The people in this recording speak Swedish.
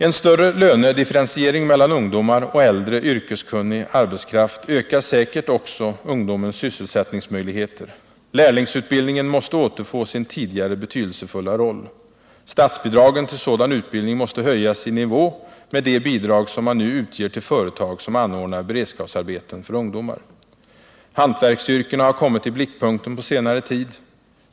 En större lönedifferentiering mellan ungdomar och äldre yrkeskunnig arbetskraft ökar säkert också ungdomens sysselsättningsmöjligheter. Lärlingsutbildningen måste återfå sin tidigare betydelsefulla roll. Statsbidragen till sådan utbildning måste höjas i nivå med de bidrag som man nu utger till företag som anordnar beredskapsarbeten för ungdomar. Hantverksyrkena har kommit i blickpunkten på senare tid.